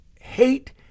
hate